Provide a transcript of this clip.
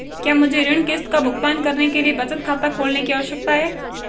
क्या मुझे ऋण किश्त का भुगतान करने के लिए बचत खाता खोलने की आवश्यकता है?